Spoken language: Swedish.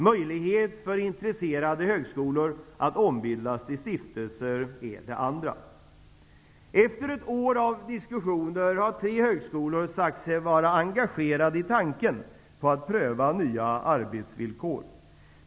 Möjlighet för intresserade högskolor att ombildas till stiftelser är det andra. Efter ett år av diskussioner har tre högskolor sagt sig vara engagerade i tanken på att pröva nya arbetsvillkor.